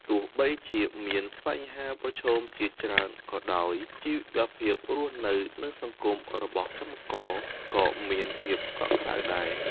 ទោះបីជាមានបញ្ហាប្រឈមជាច្រើនក៏ដោយ ជីវភាពរស់នៅ និងសង្គម របស់កម្មករក៏មានភាពកក់ក្ដៅដែរ។